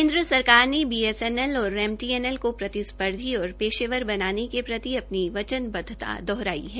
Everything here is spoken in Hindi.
केन्द्र सरकार ने बीएसएनएल और एमटीएनएल को प्रतिस्पर्धा और पेशेवर बनाने के प्रति अपनी वचनबद्वता दोहराई है